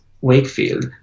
Wakefield